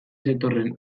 zetorren